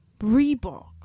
Reebok